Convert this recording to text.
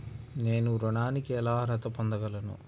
నేను ఋణానికి ఎలా అర్హత పొందగలను?